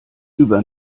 über